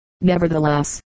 Nevertheless